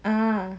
(uh huh)